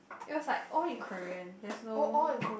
it was like all in Korean there's no